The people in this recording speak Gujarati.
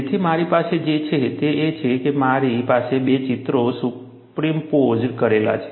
તેથી મારી પાસે જે છે તે એ છે કે મારી પાસે બે ચિત્રો સુપરિમ્પોઝ્ડ કરેલા છે